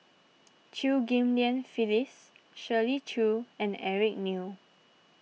Chew Ghim Lian Phyllis Shirley Chew and Eric Neo